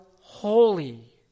holy